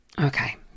Okay